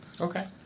Okay